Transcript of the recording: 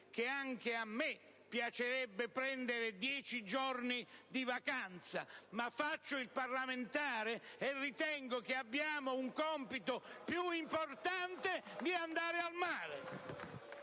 che anche a me piacerebbe prendere dieci giorni di vacanza, ma faccio il parlamentare, e ritengo che abbiamo un compito più importante che andare al mare!